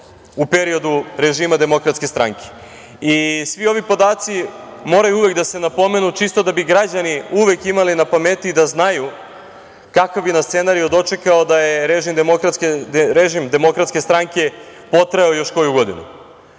u periodu režima Demokratske stranke. Svi ovi podaci moraju uvek da se napomenu čisto da bi građani uvek imali na pameti, da znaju kakav bi nas scenario dočekao da je režim Demokratske stranke potrajao još koju godinu. Dakle,